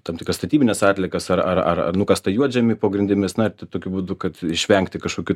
tam tikras statybines atliekas ar ar ar nukastą juodžemį po grindimis na tokiu būdu kad išvengti kažkokių